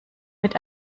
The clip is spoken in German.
mit